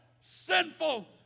sinful